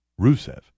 Rusev